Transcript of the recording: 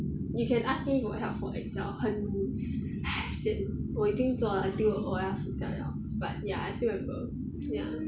you can ask me for help for excel 很 sian 我已经做到我要死掉 liao but ya I still remember ya